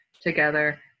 together